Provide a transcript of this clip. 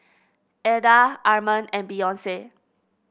Eda Arman and Beyonce